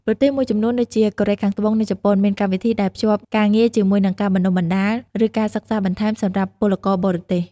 ប្រទេសមួយចំនួនដូចជា កូរ៉េខាងត្បូង និងជប៉ុន មានកម្មវិធីដែលភ្ជាប់ការងារជាមួយនឹងការបណ្ដុះបណ្ដាល ឬការសិក្សាបន្ថែមសម្រាប់ពលករបរទេស។